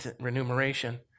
remuneration